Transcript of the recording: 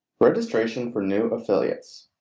registration for new affiliates.